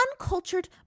uncultured